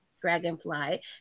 dragonfly